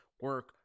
Work